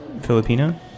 Filipino